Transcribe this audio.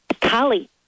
Kali